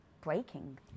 breaking